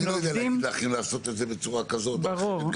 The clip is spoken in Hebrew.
אני לא יודע להגיד לך אם לעשות את זה בצורה כזאת או אחרת,